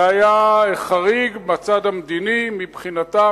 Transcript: זה היה חריג בצד המדיני מבחינתם,